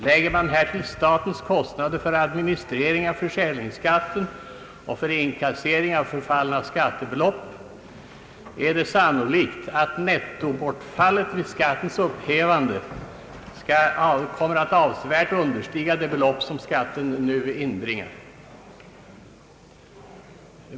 Lägger man härtill statens kostnader för administrering av försäljningsskatten och för inkassering av förfallna skattebelopp är det sannolikt att nettobortfallet vid skattens upphävande skulle avsevärt understiga de belopp skatten nu inbringar.